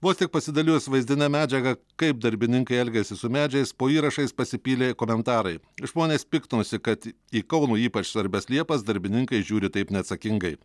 vos tik pasidalijus vaizdine medžiaga kaip darbininkai elgiasi su medžiais po įrašais pasipylė komentarai žmonės piktinosi kad į kaunui ypač svarbias liepas darbininkai žiūri taip neatsakingai